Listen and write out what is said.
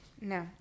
No